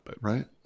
right